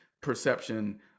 perception